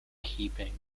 keeping